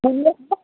मोनगोन थ'